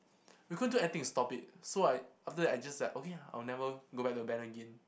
we couldn't do anything to stop it so I after that I just like okay lah I'll never go back to band again